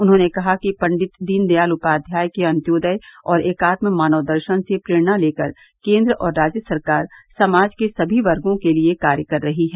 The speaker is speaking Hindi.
उन्होंने कहा कि पंडित दीनदयाल उपाध्याय के अन्त्योदय और एकात्म मानव दर्शन से प्रेरणा लेकर केन्द्र और राज्य सरकार समाज के समी वर्गो के लिये कार्य कर रही है